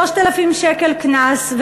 3,000 שקל קנס,